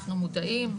אנחנו מודעים,